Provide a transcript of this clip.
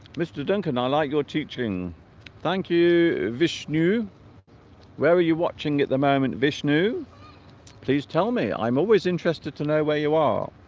mr. duncan i like your teaching thank you vishnu where are you watching at the moment vishnu vishnu please tell me i'm always interested to know where you are